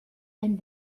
ein